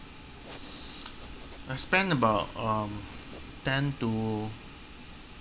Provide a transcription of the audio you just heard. I spend about um ten to